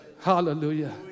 Hallelujah